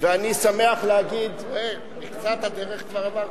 ואני שמח להגיד, מקצת הדרך כבר עברת.